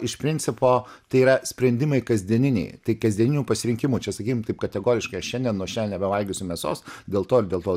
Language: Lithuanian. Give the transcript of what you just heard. iš principo tai yra sprendimai kasdieniniai tai kasdieninių pasirinkimų čia sakykim taip kategoriškai aš šiandien nuo šian nebevalgysiu mėsos dėl to ir dėl to